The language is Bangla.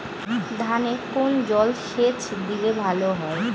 ধানে কোন জলসেচ দিলে ভাল হয়?